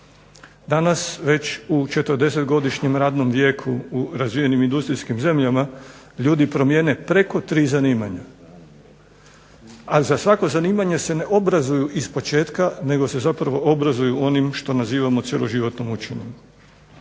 Danas već u 40-godišnjem radnom vijeku u razvijenim industrijskim zemljama ljudi promijene preko 3 zanimanja, a za svako zanimanje se ne obrazuju od početka, nego se zapravo obrazuju onim što nazivaju cjeloživotnim učenjem.